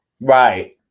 Right